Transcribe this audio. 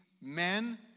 men